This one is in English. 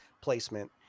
placement